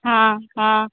हँ हँ